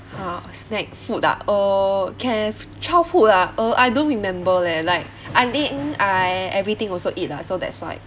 uh snack food ah uh can have childhood ah uh I don't remember leh like I think I everything also eat lah so that's why